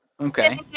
Okay